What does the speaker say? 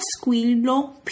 squillo